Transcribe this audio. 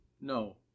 no